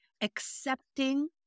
accepting